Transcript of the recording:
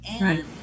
Right